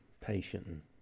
patient